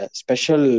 special